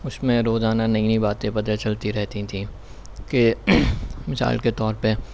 اس میں روزانہ نئی نئی باتیں پتہ چلتی رہتی تھیں کہ مثال کے طور پہ